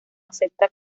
acepta